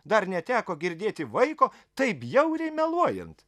dar neteko girdėti vaiko taip bjauriai meluojant